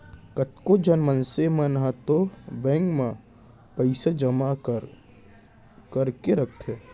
कतको झन मनसे मन ह तो बेंक म पइसा जमा कर करके रखथे